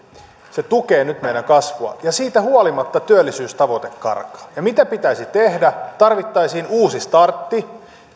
tukee nyt meidän kasvuamme ja siitä huolimatta työllisyystavoite karkaa ja mitä pitäisi tehdä tarvittaisiin uusi startti